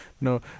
No